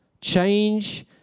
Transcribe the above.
change